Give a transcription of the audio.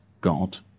God